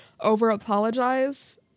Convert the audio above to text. over-apologize